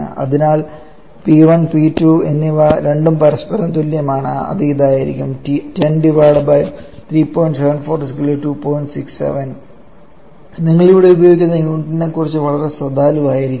അതിനാൽ P1 P2 എന്നിവ രണ്ടും പരസ്പരം തുല്യമാണ് അത് ഇതായിരിക്കും നിങ്ങൾ ഇവിടെ ഉപയോഗിക്കുന്ന യൂണിറ്റിനെക്കുറിച്ച് വളരെ ശ്രദ്ധാലുവായിരിക്കുക